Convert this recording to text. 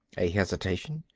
a hesitation.